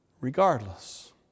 regardless